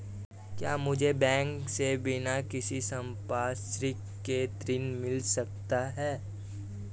क्या मुझे बैंक से बिना किसी संपार्श्विक के ऋण मिल सकता है?